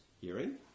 Hearing